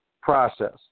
process